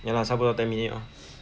ya lah 差不多 ten minute lor